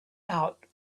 out